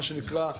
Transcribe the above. מה שנקרא,